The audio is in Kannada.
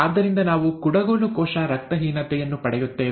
ಆದ್ದರಿಂದ ನಾವು ಕುಡಗೋಲು ಕೋಶ ರಕ್ತಹೀನತೆಯನ್ನು ಪಡೆಯುತ್ತೇವೆ